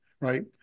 right